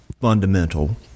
fundamental